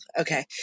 okay